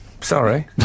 sorry